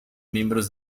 miembros